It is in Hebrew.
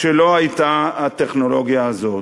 כשלא הייתה הטכנולוגיה הזאת.